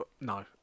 no